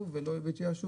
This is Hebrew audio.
מזה.